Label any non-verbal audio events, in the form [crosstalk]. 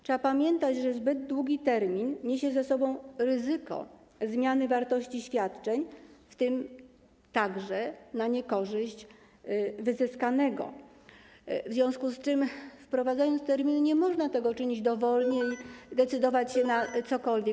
Trzeba pamiętać, że zbyt długi termin niesie za sobą ryzyko zmiany wartości świadczeń, w tym także na niekorzyść wyzyskanego, w związku z czym, wprowadzając termin, nie można tego czynić dowolnie, [noise] decydować się na cokolwiek.